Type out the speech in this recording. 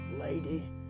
lady